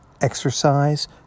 exercise